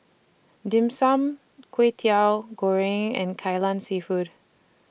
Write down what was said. Dim Sum Kwetiau Goreng and Kai Lan Seafood